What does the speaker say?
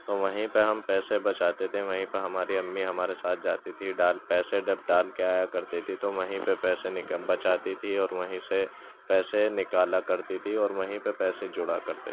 تو وہیں پہ ہم پیسے بچاتے تھے وہیں پہ ہماری امی ہمارے ساتھ جاتی تھی ڈال پیسے جب ڈال کے آیا کرتی تھی تو وہیں پہ پیسے بچاتی تھی اور وہیں سے پیسے نکالا کرتی تھی اور وہیں پہ پیسے جوڑا کرتے تھے